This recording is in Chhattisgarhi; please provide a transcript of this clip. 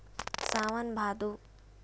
सावन भादो